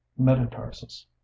metatarsus